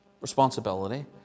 responsibility